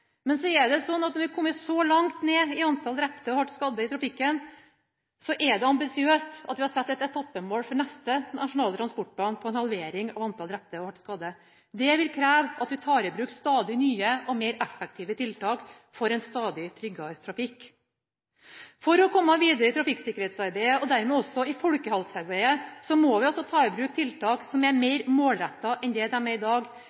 Men når vi har kommet så langt ned i antall drepte og hardt skadde i trafikken, er det ambisiøst at vi har satt et etappemål for neste nasjonale transportplan på en halvering av antall drepte og hardt skadde. Det vil kreve at vi tar i bruk stadig nye og mer effektive tiltak for en stadig tryggere trafikk. For å komme videre i trafikksikkerhetsarbeidet – og dermed også i folkehelsearbeidet – må vi ta i bruk tiltak som er mer målrettede enn de er i dag,